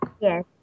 Yes